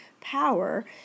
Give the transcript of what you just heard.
power